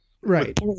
Right